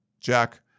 Jack